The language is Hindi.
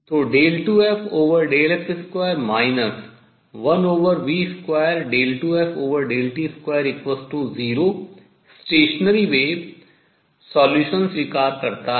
तो 2fx2 1v22ft20 अप्रगामी तरंग solution हल स्वीकार करता है